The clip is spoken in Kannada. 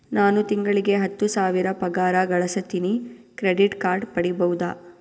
ನಾನು ತಿಂಗಳಿಗೆ ಹತ್ತು ಸಾವಿರ ಪಗಾರ ಗಳಸತಿನಿ ಕ್ರೆಡಿಟ್ ಕಾರ್ಡ್ ಪಡಿಬಹುದಾ?